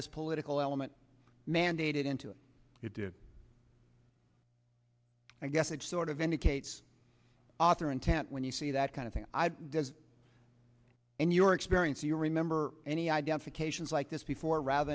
this political element mandated into it did i guess it sort of indicates author intent when you see that kind of thing i does in your experience do you remember any identifications like this before rather